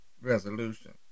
resolution